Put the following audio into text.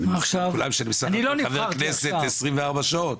--- אני לא נבחרתי עכשיו.